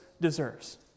deserves